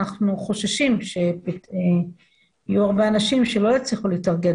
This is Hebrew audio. אנחנו חוששים שיהיו הרבה אנשים שלא הצליחו להתארגן